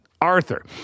Arthur